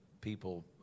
people